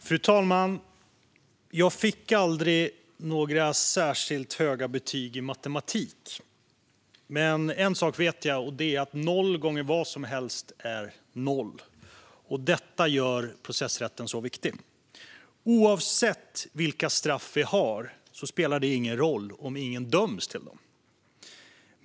Fru talman! Jag fick aldrig några särskilt höga betyg i matematik. Men en sak vet jag, och det är att noll gånger vad som helst är noll. Detta gör processrätten så viktig. Det spelar ingen roll vilka straff vi har om ingen döms till dem.